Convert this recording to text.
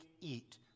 eat